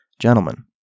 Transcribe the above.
Gentlemen